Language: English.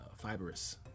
fibrous